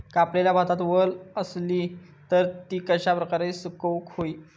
कापलेल्या भातात वल आसली तर ती कश्या प्रकारे सुकौक होई?